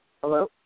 Hello